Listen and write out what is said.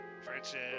friendship